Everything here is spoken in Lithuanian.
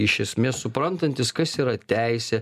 iš esmės suprantantys kas yra teisė